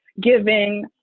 giving